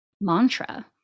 mantra